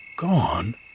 gone